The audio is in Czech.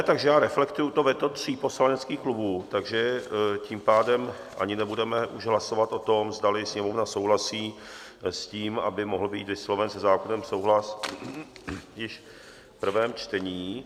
Takže já reflektuji to veto tří poslaneckých klubů, tím pádem už ani nebudeme hlasovat o tom, zdali Sněmovna souhlasí s tím, aby mohl být vysloven se zákonem souhlas již v prvém čtení.